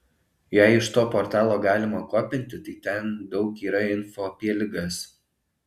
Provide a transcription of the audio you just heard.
jei iš to portalo galima kopinti tai ten daug yra info apie ligas